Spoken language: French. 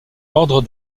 l’ordre